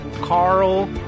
Carl